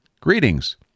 Greetings